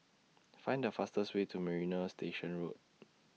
Find The fastest Way to Marina Station Road